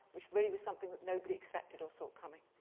which really was something that nobody expected or saw coming.